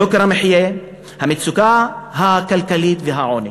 יוקר המחיה, המצוקה הכלכלית והעוני.